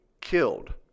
killed